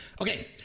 Okay